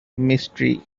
mystery